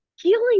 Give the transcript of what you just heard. healing